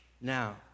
now